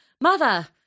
mother